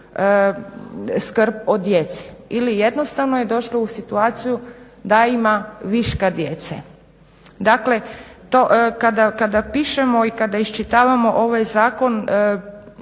skrb o djeci ili jednostavno je došlo u situaciju da ima viška djece. Dakle kada pišemo i kada iščitavamo ovaj zakon